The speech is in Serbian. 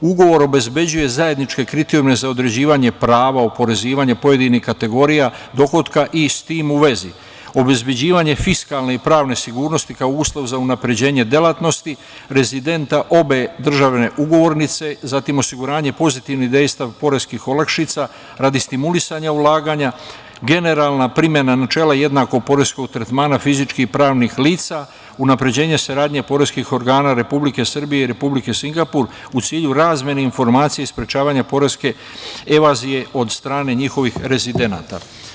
Ugovor obezbeđuje zajedničke kriterijume za određivanje prava oporezivanja pojedinih kategorija dohotka i s tim u vezi obezbeđivanje fiskalne i pravne sigurnosti kao uslov za unapređenje delatnosti rezidenta obe države ugovornice, zatim osiguranje pozitivnih dejstava poreskih olakšica radi stimulisanja ulaganja, generalna primena načela jednakog poreskog tretmana fizičkih i pravnih lica, unapređenje saradnje poreskih organa Republike Srbije i Republike Singapur u cilju razmene informacija i sprečavanja poreske evazije od strane njihovih rezidenata.